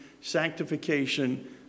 sanctification